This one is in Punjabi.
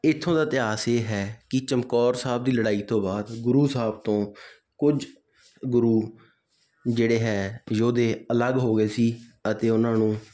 ਇੱਥੋਂ ਦਾ ਇਤਿਹਾਸ ਇਹ ਹੈ ਕਿ ਚਮਕੌਰ ਸਾਹਿਬ ਦੀ ਲੜਾਈ ਤੋਂ ਬਾਅਦ ਗੁਰੂ ਸਾਹਿਬ ਤੋਂ ਕੁਝ ਗੁਰੂ ਜਿਹੜੇ ਹੈ ਯੋਧੇ ਅਲੱਗ ਹੋ ਗਏ ਸੀ ਅਤੇ ਉਹਨਾਂ ਨੂੰ